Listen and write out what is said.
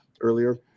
earlier